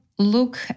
look